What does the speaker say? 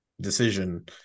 decision